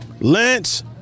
Lance